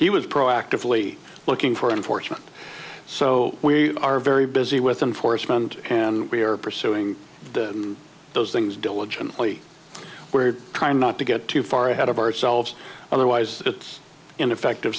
he was proactively looking for enforcement so we are very busy with enforcement and we are pursuing those things diligently we're trying not to get too far ahead of ourselves otherwise it's ineffective